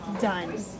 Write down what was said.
done